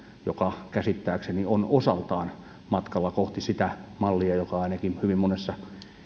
joka käsittääkseni on osaltaan matkalla kohti sitä mallia joka ainakin hyvin monessa